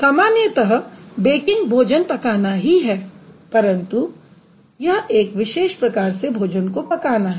सामान्यत BAKING भोजन पकाना ही है परंतु ये एक विशेष प्रकार से भोजन को पकाना है